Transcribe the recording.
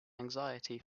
anxiety